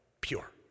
pure